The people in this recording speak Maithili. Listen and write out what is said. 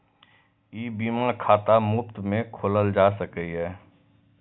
ई बीमा खाता मुफ्त मे खोलाएल जा सकैए